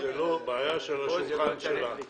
תקציב זה לא בעיה על השולחן שלנו,